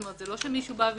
זאת אומרת זה לא שמישהו מציע,